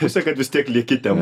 pusę kad vis tiek lieki ten